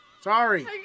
Sorry